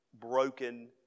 broken